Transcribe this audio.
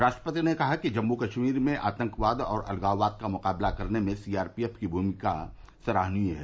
राष्ट्रपति ने कहा कि जम्मू कश्मीर में आतंकवाद और अलगाववाद का मुकाबला करने में सीआरपीएफ की भूमिका सराहनीय है